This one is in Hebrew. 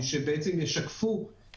שנמצאים בזום ויציגו לנו איזושהי